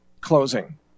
closing